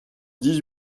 dix